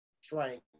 strength